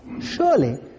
surely